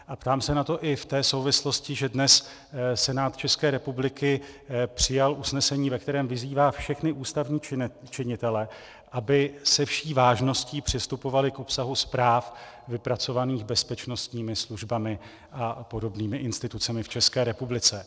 A ptám se na to i v té souvislosti, že dnes Senát České republiky přijal usnesení, ve kterém vyzývá všechny ústavní činitele, aby se vší vážností přistupovali k obsahu zpráv vypracovaných bezpečnostními službami a podobnými institucemi v České republice.